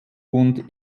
und